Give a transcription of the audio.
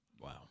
Wow